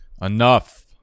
Enough